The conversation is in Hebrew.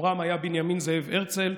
אומרם היה בנימין זאב הרצל,